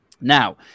Now